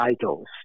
idols